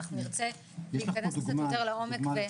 נרצה להיכנס לעומק.